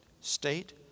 state